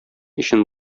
өчен